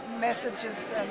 messages